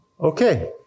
Okay